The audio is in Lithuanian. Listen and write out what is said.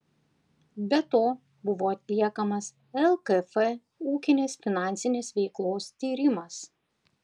be to buvo atliekamas lkf ūkinės finansinės veiklos tyrimas